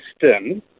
system